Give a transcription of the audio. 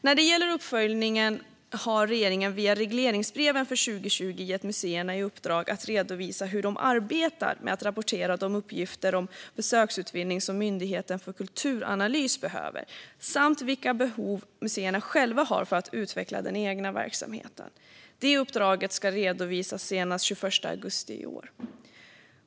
När det gäller uppföljningen har regeringen via regleringsbreven för 2020 gett museerna i uppdrag att redovisa hur de arbetar med att rapportera de uppgifter om besöksutveckling som Myndigheten för kulturanalys behöver samt vilka behov museerna själva har för att utveckla den egna verksamheten. Det uppdraget ska redovisas senast den 21 augusti i år.